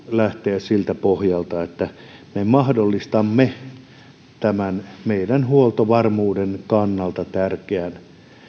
lähteä siltä pohjalta että me mahdollistamme tämän meidän huoltovarmuuden kannalta tärkeän